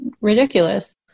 ridiculous